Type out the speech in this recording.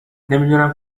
نمیدونم